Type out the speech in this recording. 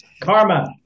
Karma